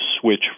switch